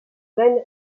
lene